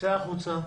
צא החוצה,